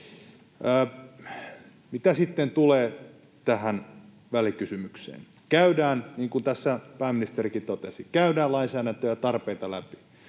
Mitä sitten tulee tähän välikysymykseen — niin kuin tässä pääministerikin totesi — niin käydään lainsäädäntöä ja tarpeita läpi,